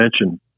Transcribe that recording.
mention